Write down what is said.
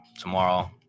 tomorrow